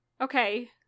Okay